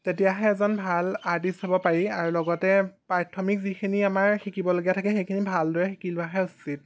তেতিয়াহে এজন ভাল আৰ্টিষ্ট হ'ব পাৰি আৰু লগতে প্ৰাথমিক যিখিনি আমাৰ শিকিবলগীয়া থাকে সেইখিনি ভালদৰে শিকি লোৱাহে উচিত